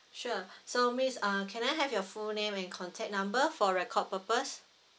sure so miss uh can I have your full name and contact number for record purpose